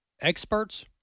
experts